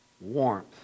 warmth